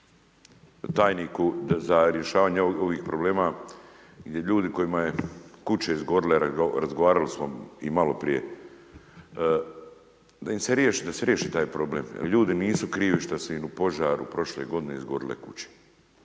tajniku za rješavanje ovih problema i ljudima kojima su kuće izgorile, razgovarali smo i maloprije, da se riješi taj problem. Jer ljudi nisu krivi, što su im u požaru, prošle g. izgorili kuće,